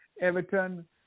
Everton